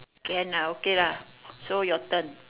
can ah okay lah so your turn